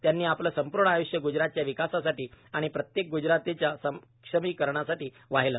त्यांनी आपले संपूर्ण आय्ष्य ग्जरातच्या विकासासाठी आणि प्रत्येक ग्जरातीच्या सक्षमीकरणासाठी वाहिले